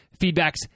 feedbacks